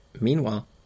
Meanwhile